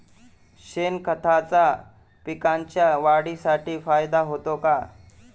शेणखताचा पिकांच्या वाढीसाठी फायदा होतो का?